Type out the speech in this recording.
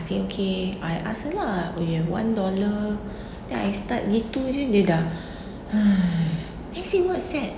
I see okay I ask her lah oh when you have one dollar then I start gitu jer dia dah then I say what is that